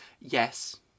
Yes